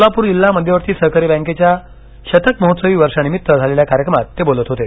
सोलापूर जिल्हा मध्यवर्ती सहकारी बैंकेच्या शतकमहोत्सवी वर्षानिमित्त झालेल्या कार्यक्रमात ते बोलत होते